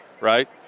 right